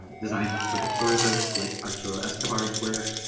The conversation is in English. ah designs for the observers, like arturo escobar's work,